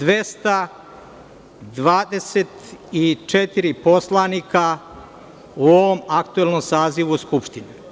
224 poslanika u ovom aktuelnom sazivu Skupštine.